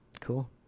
Cool